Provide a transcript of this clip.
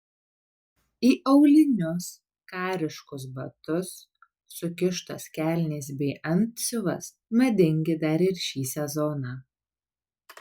į aulinius kariškus batus sukištos kelnės bei antsiuvas madingi dar ir šį sezoną